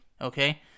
okay